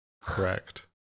correct